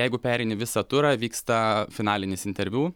jeigu pereini visą turą vyksta finalinis interviu